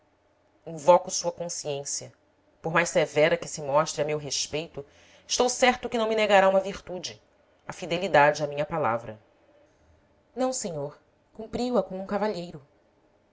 alienara invoco sua consciência por mais severa que se mostre a meu respeito estou certo que não me negará uma virtude a fidelidade à minha palavra não senhor cumpriu a como um cavalheiro